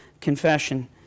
confession